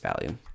value